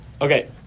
Okay